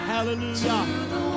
Hallelujah